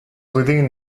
within